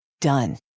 Done